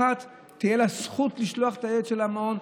אחת תהיה לה זכות לשלוח את הילד שלה למעון,